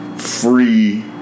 free